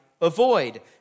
avoid